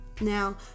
Now